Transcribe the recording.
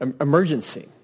emergency